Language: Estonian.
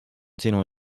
sinu